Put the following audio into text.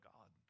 God